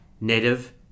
native